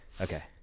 Okay